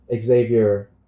Xavier